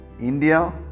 India